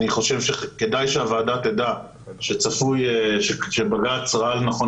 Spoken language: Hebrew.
אני חושב שכדאי שהוועדה תדע שבג"ץ ראה לנכון